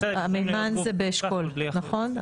נכון?